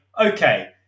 okay